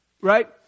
right